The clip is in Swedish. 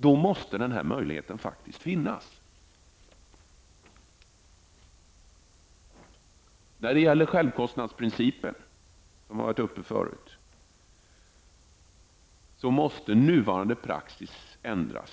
måste den här möjligheten finnas. När det gäller självkostnadsprincipen, som har diskuterats här, måste nuvarande praxis ändras.